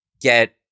get